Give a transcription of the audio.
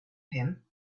him